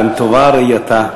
/ גם טובה ראייתה,